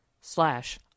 slash